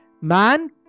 Man